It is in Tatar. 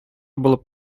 булып